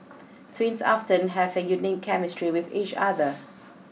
twins often have a unique chemistry with each other